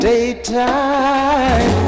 Daytime